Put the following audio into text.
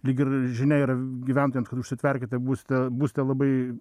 lyg ir žinia yra gyventojams kad užsitverkite būste būsite labai